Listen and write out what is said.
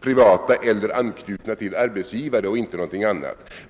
»privata eller anknutna till arbetsgivare» och inte någonting annat.